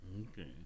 Okay